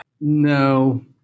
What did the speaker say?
No